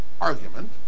argument